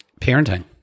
Parenting